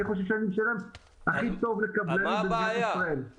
אני חושב שאני משלם הכי טוב לקבלנים במדינת ישראל.